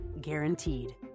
guaranteed